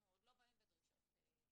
אנחנו עוד לא באים בדרישות אחרות.